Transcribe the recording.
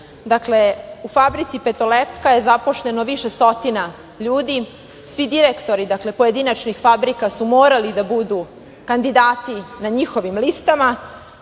Dakle, u fabrici „Petoletka“ je zaposleno više stotina ljudi. Svi direktori pojedinačnih fabrika su morali da budu kandidati na njihovim listama